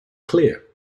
clear